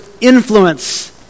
influence